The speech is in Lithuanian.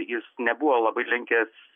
jis nebuvo labai linkęs